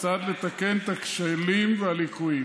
כחלק מרפורמה כוללת שעורך משרד התרבות והספורט בתחום.